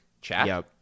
chat